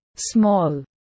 Small